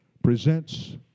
presents